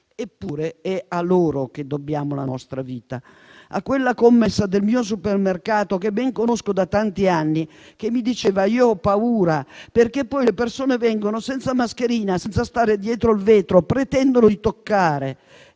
Eppure è a loro che dobbiamo la nostra vita, a quella commessa del mio supermercato che ben conosco da tanti anni, che mi diceva di avere paura, perché le persone andavano lì senza mascherina, senza stare dietro al vetro, pretendendo di toccare